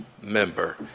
member